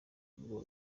urwo